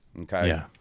Okay